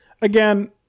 again